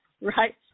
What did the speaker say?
right